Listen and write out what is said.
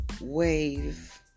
wave